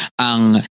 ang